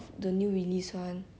eh park so jun